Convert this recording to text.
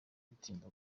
bitinda